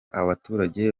abaturage